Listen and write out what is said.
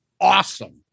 awesome